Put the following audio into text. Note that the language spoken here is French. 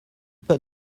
pas